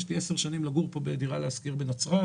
יש לי 10 שנים לגור בדירה שכורה בנצרת,